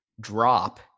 drop